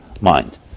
mind